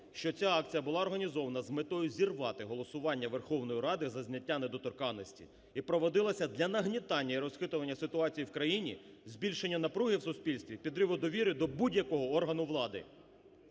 що акція була організована з метою зірвати голосування Верховної Ради за зняття недоторканності і проводилося для нагнітання і розхитування ситуації в країні, збільшення напруги в суспільстві, підриву довіри до будь-якого органу влади.